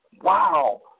wow